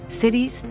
cities